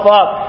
up